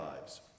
lives